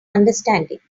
understanding